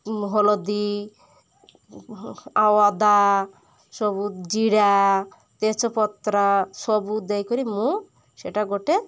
ହଲଦୀ ଆଉ ଅଦା ସବୁ ଜିରା ତେଜପତ୍ର ସବୁ ଦେଇକରି ମୁଁ ସେଇଟା ଗୋଟେ